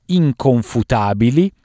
inconfutabili